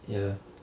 ya